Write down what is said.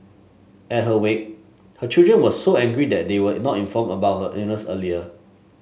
at her wake her children were so angry that they were not informed about her illness earlier